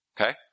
Okay